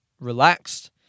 relaxed